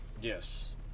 Yes